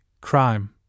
crime